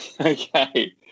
Okay